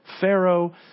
Pharaoh